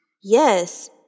yes